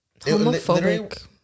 Homophobic